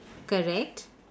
correct